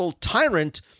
tyrant